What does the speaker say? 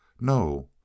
No